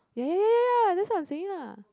ya ya ya that's what I'm saying lah